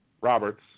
roberts